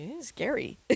scary